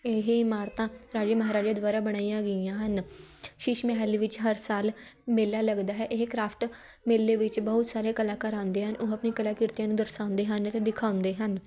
ਇਹ ਇਮਾਰਤਾਂ ਰਾਜੇ ਮਹਾਰਾਜੇ ਦੁਆਰਾ ਬਣਾਈਆਂ ਗਈਆਂ ਹਨ ਸ਼ੀਸ਼ ਮਹਿਲ ਵਿੱਚ ਹਰ ਸਾਲ ਮੇਲਾ ਲੱਗਦਾ ਹੈ ਇਹ ਕ੍ਰਾਫਟ ਮੇਲੇ ਵਿੱਚ ਬਹੁਤ ਸਾਰੇ ਕਲਾਕਾਰ ਆਉਂਦੇ ਹਨ ਉਹ ਆਪਣੀ ਕਲਾ ਕਿਰਤੀਆਂ ਨੂੰ ਦਰਸਾਉਂਦੇ ਹਨ ਅਤੇ ਦਿਖਾਉਂਦੇ ਹਨ